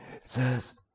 Says